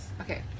Okay